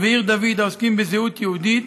ועיר דוד, העוסקים בזהות יהודית,